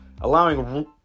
allowing